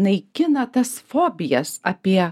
naikina tas fobijas apie